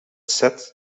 set